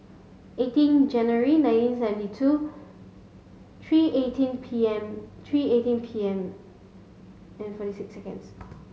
eighteen January nineteen seventy two three eighteen P M three eighteen P M and forty six seconds